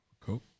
Cool